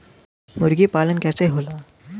मुर्गी पालन कैसे होला?